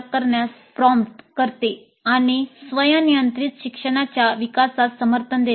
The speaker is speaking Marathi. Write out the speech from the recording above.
करते आणि स्वयं नियंत्रित शिक्षणाच्या विकासास समर्थन देते